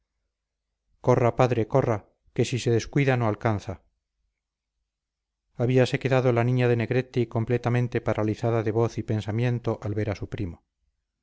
corra padre corra que si se descuida no alcanza habíase quedado la niña de negretti completamente paralizada de voz y pensamiento al ver a su primo